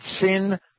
sin